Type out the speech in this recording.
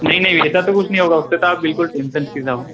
नहीं नहीं ऐसा तो कुछ नहीं होगा उससे तो आप बिल्कुल टेन्सन फ़्री रहो